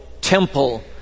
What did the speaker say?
temple